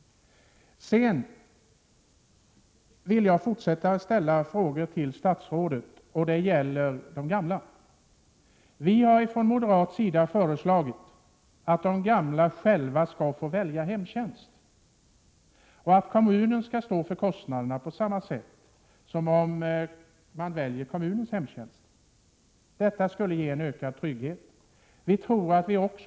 Jag vill fortsätta att ställa frågor till statsrådet, och det gäller de gamla. Vi har från moderat sida föreslagit att de gamla själva skall få välja hemtjänst och att kommunen skall stå för kostnaderna på samma sätt som när de väljer kommunens hemtjänst. Detta skulle ge ökad trygghet.